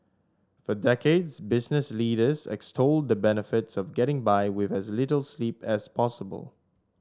for decades business leaders extolled the benefits of getting by with as little sleep as possible